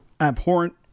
abhorrent